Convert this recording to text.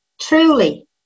Truly